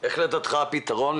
מה לדעתך הפתרון,